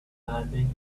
climbing